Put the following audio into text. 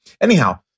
anyhow